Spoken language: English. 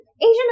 Asian